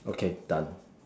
okay done